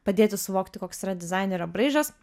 padėti suvokti koks yra dizainerio braižas